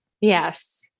Yes